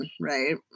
right